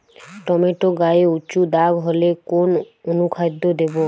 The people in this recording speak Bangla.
টমেটো গায়ে উচু দাগ হলে কোন অনুখাদ্য দেবো?